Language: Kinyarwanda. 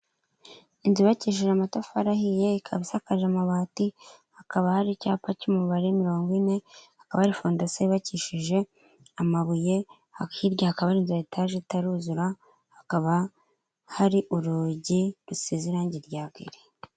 Inzu yubakishije amatafari ahiye ikaba isakaje amabati, hakaba hari icyapa cy'umubare mirongo ine, hakaba fondasiyo yubakishije amabuye, hirya hakaba hari inzu ya etage itaruzura, hakaba hari urugi rusize irangi rya giri.